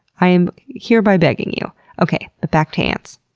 i am hereby begging you. okay. but back to ants.